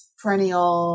perennial